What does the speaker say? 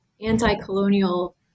anti-colonial